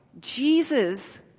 Jesus